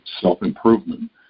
self-improvement